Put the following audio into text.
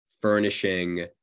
furnishing